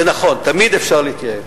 זה נכון, תמיד אפשר להתייעל.